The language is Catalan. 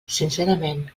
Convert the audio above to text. sincerament